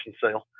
Sale